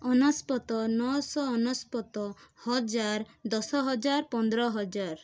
ଅନେଶତ ନଅଶହ ଅନେଶତ ହଜାର ଦଶ ହଜାର ପନ୍ଦର ହଜାର